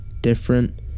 different